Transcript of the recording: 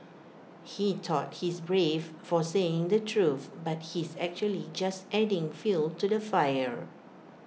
he thought he's brave for saying the truth but he's actually just adding fuel to the fire